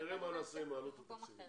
נראה מה נעשה עם העלות התקציבית.